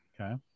Okay